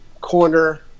corner